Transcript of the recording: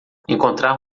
encontrar